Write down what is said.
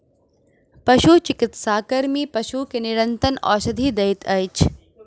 पशुचिकित्सा कर्मी पशु के निरंतर औषधि दैत अछि